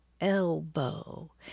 Elbow